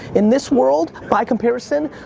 in this world, by comparison,